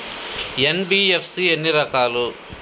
NBFC ఎన్ని రకాలు?